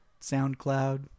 SoundCloud